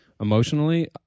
emotionally